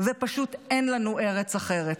ופשוט אין לנו ארץ אחרת.